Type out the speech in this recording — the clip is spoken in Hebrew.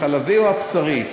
החלבי או הבשרי?